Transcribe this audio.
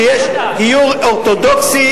שיש גיור אורתודוקסי